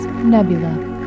Nebula